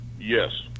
Yes